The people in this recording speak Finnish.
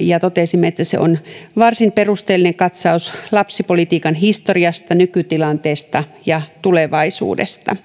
ja totesimme että se on varsin perusteellinen katsaus lapsipolitiikan historiasta nykytilanteesta ja tulevaisuudesta